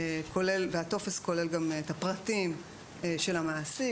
והטופס כולל גם את הפרטים של המעסיק,